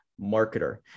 marketer